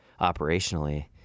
operationally